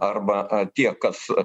arba tie kas